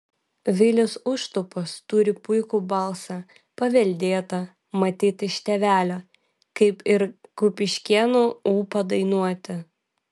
vilius užtupas turi puikų balsą paveldėtą matyt iš tėvelio kaip ir kupiškėnų ūpą dainuoti